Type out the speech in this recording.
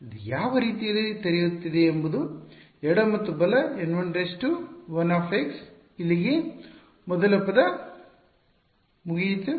ಇದು ಯಾವ ರೀತಿಯಲ್ಲಿ ತೆರೆಯುತ್ತಿದೆ ಎಂಬುದು ಎಡ ಅಥವಾ ಬಲ N 1 1 ಇಲ್ಲಿಗೆ ಮೊದಲ ಪದ ಮುಗಿಯಿತು